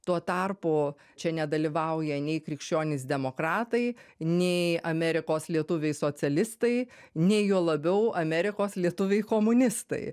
tuo tarpu čia nedalyvauja nei krikščionys demokratai nei amerikos lietuviai socialistai nei juo labiau amerikos lietuviai komunistai